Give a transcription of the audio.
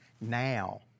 now